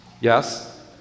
Yes